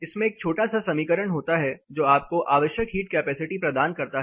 इसमें एक छोटा सा समीकरण होता है जो आपको आवश्यक हीट कैपेसिटी प्रदान करता है